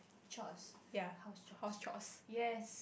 chores house chores yes